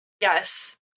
yes